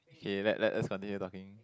okay let let let's continue talking